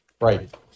Right